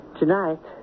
tonight